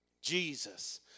Jesus